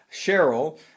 Cheryl